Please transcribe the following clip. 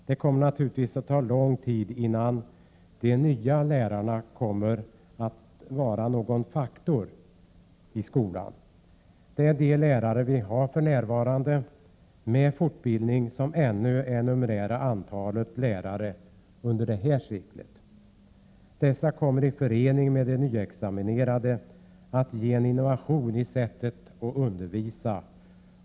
Det kommer naturligtvis att ta lång tid, innan de nya lärarna blir någon faktor i skolan. Det är de lärare med fortbildning som vi för närvarande har som i varje fall under detta sekel numerärt kommer att utgöra den största gruppen. Dessa kommer i förening med de nyexaminerade att medverka till en innovation i sättet att undervisa.